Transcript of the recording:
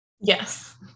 Yes